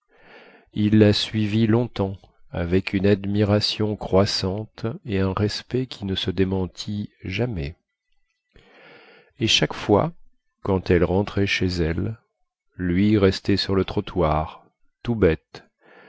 il la suivit longtemps avec une admiration croissante et un respect qui ne se démentit jamais et chaque fois quand elle rentrait chez elle lui restait sur le trottoir tout bête